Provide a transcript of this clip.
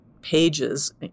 pages